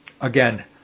Again